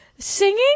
Singing